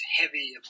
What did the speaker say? heavy